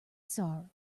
sorrow